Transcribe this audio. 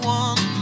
one